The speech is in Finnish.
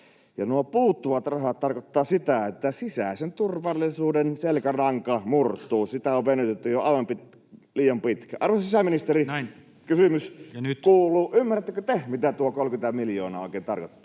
Ja nuo puuttuvat rahat tarkoittavat sitä, että sisäisen turvallisuuden selkäranka murtuu. Sitä on venytetty jo aivan liian pitkään. Arvoisa sisäministeri, [Puhemies: Näin, ja nyt!] kysymys kuuluu: ymmärrättekö te, mitä tuo 30 miljoonaa oikein tarkoittaa?